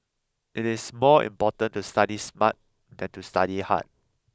it is more important to study smart than to study hard